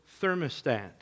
thermostat